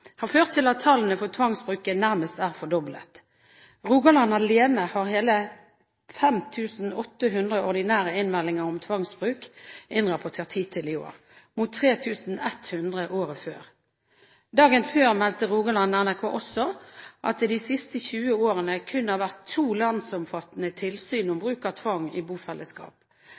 har ført til at tallene for tvangsbruken nærmest er fordoblet. Rogaland alene har hele 5 800 ordinære innmeldinger om tvangsbruk innrapportert hittil i år mot 3 100 året før. Dagen før meldte Rogaland NRK også at det de siste 20 årene kun har vært to landsomfattende tilsyn om bruk av tvang i bofellesskap.